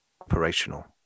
operational